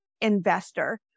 investor